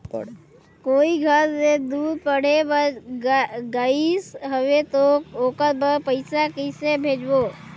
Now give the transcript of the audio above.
कोई घर ले दूर पढ़े बर गाईस हवे तो ओकर बर पइसा कइसे भेजब?